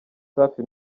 safi